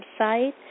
website